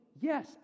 Yes